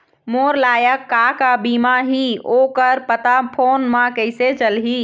मोर लायक का का बीमा ही ओ कर पता फ़ोन म कइसे चलही?